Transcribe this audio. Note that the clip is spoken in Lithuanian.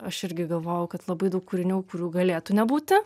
aš irgi galvojau kad labai daug kūrinių kurių galėtų nebūti